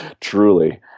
truly